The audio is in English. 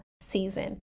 season